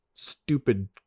stupid